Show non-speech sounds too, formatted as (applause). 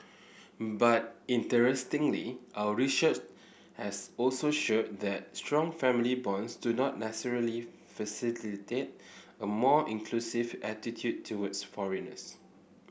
but interestingly our research as also showed that strong family bonds do not necessarily (unintelligible) a more inclusive attitude towards foreigners